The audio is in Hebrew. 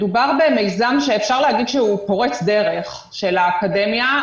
מדובר במיזם שאפשר להגיד שהוא פורץ דרך של האקדמיה,